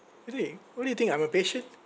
eh dey what do you think I'm a patient